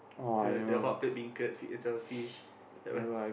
the the hot plate beancurd sweet and sour fish that one